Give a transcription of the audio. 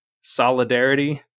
solidarity